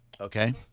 Okay